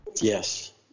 Yes